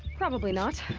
probably not!